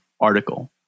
article